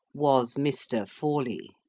was mr. forley.